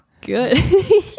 good